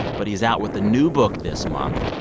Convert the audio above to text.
but he's out with a new book this month.